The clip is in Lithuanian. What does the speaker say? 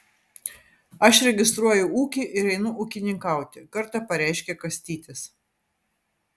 aš registruoju ūkį ir einu ūkininkauti kartą pareiškė kastytis